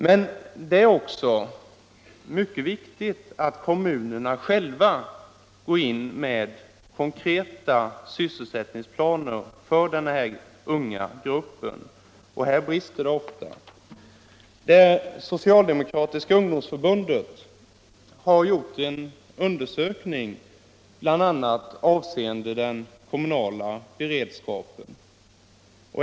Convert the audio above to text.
Men det är också mycket viktigt att kommunerna själva går in med konkreta sysselsättningsplaner för denna unga grupp, och här brister det ofta. Det socialdemokratiska ungdomsförbundet har gjort en undersökning bl.a. avseende den kommunala beredskapen.